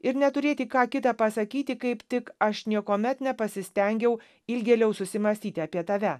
ir neturėti ką kitą pasakyti kaip tik aš niekuomet nepasistengiau ilgėliau susimąstyti apie tave